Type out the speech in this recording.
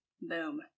Boom